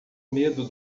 medo